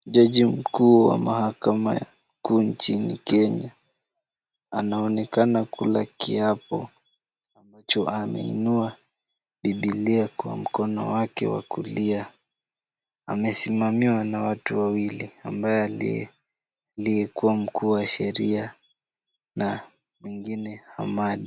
Jaji mkuu wa mahakama kuu nchini kenya anaonekana kula kiapo ambacho ameinua biblia kwa mkono wake wa kulia. Amesimamiwa na watu wawili ambaye ndiye aliyekuwa mkuu wa sheria na mwingine amani.